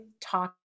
talk